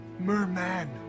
Merman